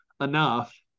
enough